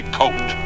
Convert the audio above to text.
coat